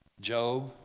job